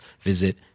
visit